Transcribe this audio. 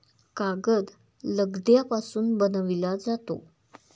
कागद लगद्यापासून बनविला जातो